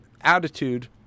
attitude